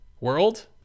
World